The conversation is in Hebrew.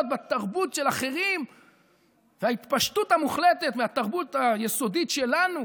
בתרבות של אחרים וההתפשטות המוחלטת מהתרבות היסודית שלנו.